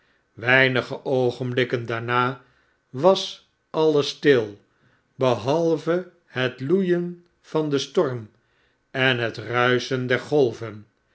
einige oogenblikken daarna was alles stil behalve het loeien van den storm en het ruischen der golven